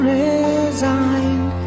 resigned